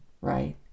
right